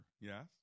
Yes